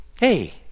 Hey